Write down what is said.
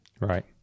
Right